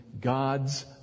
God's